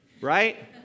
right